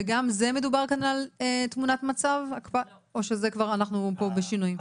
וגם זה מדובר כאן על תמונת מצב או שזה כבר אנחנו פה בשינוי?